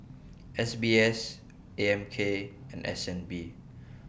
S B S A M K and S N B